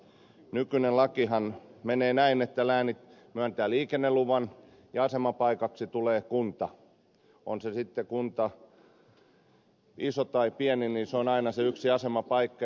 nykyinen lakihan menee näin että läänit myöntävät liikenneluvan ja asemapaikaksi tulee kunta on se kunta sitten iso tai pieni niin se on aina se yksi asemapaikka